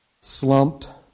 slumped